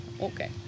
Okay